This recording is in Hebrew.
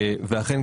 ואכן,